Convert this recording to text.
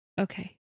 Okay